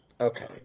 Okay